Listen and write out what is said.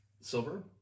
silver